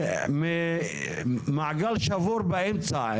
ממעגל שבר באמצע.